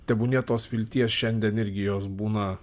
tebūnie tos vilties šiandien irgi jos būna